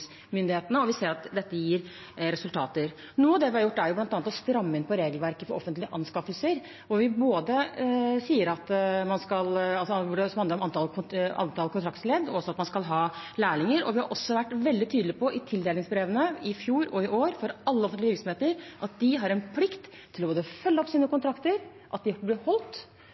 Vi ser at det gir resultater. Noe av det vi har gjort, er bl.a. å stramme inn regelverket for offentlige anskaffelser, det som handler om antall kontraktledd, og også at man skal ha lærlinger. Vi har også i tildelingsbrevene i fjor og i år til alle offentlige virksomheter vært veldig tydelig på at de har plikt til å følge opp sine kontrakter, at de blir holdt